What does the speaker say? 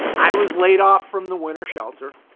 i was laid off from the winter shelter.